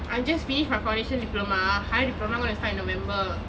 I just finish my foundation diploma higher diploma going to start in november